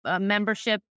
membership